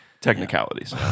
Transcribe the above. technicalities